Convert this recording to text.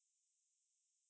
two months or three months